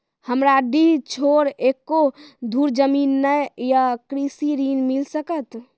हमरा डीह छोर एको धुर जमीन न या कृषि ऋण मिल सकत?